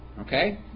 Okay